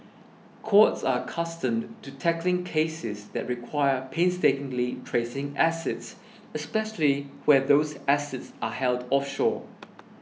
courts are accustomed to tackling cases that require painstakingly tracing assets especially where those assets are held offshore